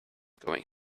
going